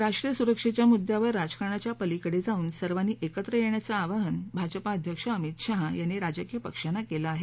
राष्ट्रीय सुरक्षेच्या मुद्यावर राजकारणाच्या पलीकडे जाऊन सर्वांनी एकत्र येण्याचं आवाहन भाजपाअध्यक्ष अमित शाह यांनी राजकीय पक्षांना केलं आहे